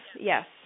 yes